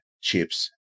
chips